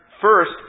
first